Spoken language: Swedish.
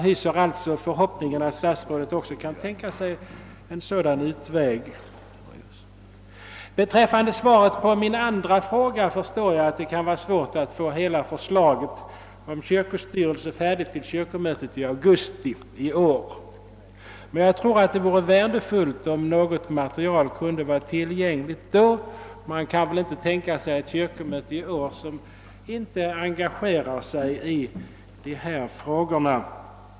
Det är alltså min förhoppning att statsrådet också kan tänka sig en sådan utväg. Vad beträffar min andra fråga förstår jag att det kan vara svårt att få hela förslaget färdigt till kyrkomötet i augusti i år. Men jag tror att det vore värdefullt om något material kunde vara tillgängligt då, ty man kan inte tänka sig att kyrkomötet i år inte engagerar sig i dessa frågor.